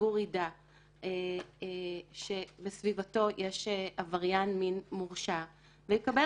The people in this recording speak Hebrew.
שהציבור ידע שבסביבתו יש עבריין מין מורשע ויקבל